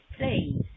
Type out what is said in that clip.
please